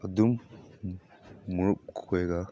ꯑꯗꯨꯝ ꯒ꯭ꯔꯨꯞ ꯈꯣꯏꯒ